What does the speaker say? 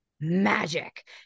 magic